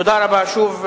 תודה רבה שוב,